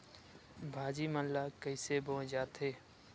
भाजी मन ला कइसे बोए जाथे?